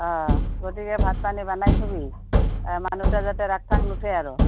অঁ গতিকে ভাত পানী বনাই থ'বি মানুহটাৰ যাতে ৰাগ চাগ নুঠে আৰু